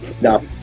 No